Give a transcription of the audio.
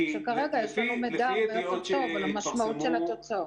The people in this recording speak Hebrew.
שכרגע יש לנו מידע הרבה יותר טוב על המשמעות של התוצאות.